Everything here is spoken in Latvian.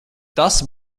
tas